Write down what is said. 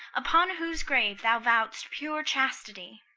upon whose grave thou vow'dst pure chastity.